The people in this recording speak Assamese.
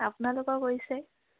আপোনালোকৰ কৰিছে